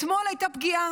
אתמול הייתה פגיעה,